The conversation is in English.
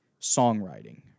songwriting